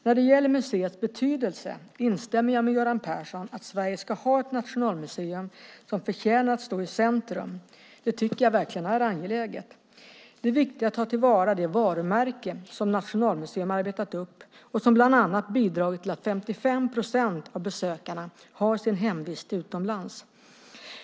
När det gäller museets betydelse instämmer jag med Göran Persson i att Sverige ska ha ett Nationalmuseum som förtjänar att stå i centrum. Det tycker jag verkligen är angeläget. Det är viktigt att ta till vara det varumärke som Nationalmuseum arbetat upp och som bland annat bidragit till att 55 procent av besökarna har sin hemvist utomlands.